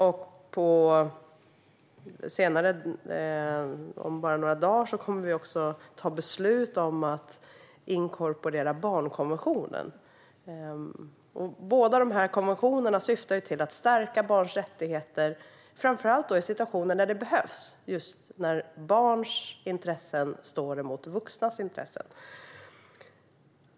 Om bara några dagar kommer vi också att ta beslut om att inkorporera barnkonventionen. Båda dessa konventioner syftar till att stärka barns rättigheter, framför allt i situationer där det behövs och där barns intressen står emot vuxnas intressen.